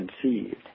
conceived